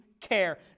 care